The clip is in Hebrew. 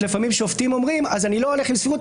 לפעמים שופטים אומרים: אני לא הולך עם סבירות,